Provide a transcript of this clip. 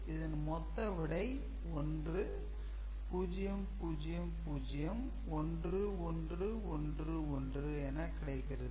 இதன் மொத்த விடை 1 0 0 0 1 1 1 1 என கிடைக்கிறது